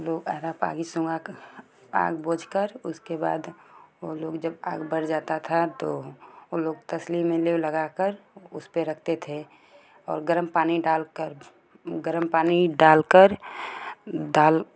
लोग आरा प आगी सुनगा क आग बोझ कर उसके बाद उ लोग जब आग बर जाता था तो उ लोग तसल्ली में लेई लगा कर उस पर रखते थे और गर्म पानी डाल कर गर्म पानी डाल कर दाल